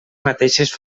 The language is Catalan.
mateixes